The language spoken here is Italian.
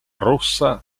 rossa